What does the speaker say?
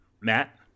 Matt